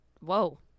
whoa